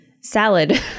salad